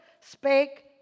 spake